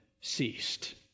ceased